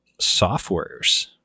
softwares